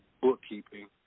bookkeeping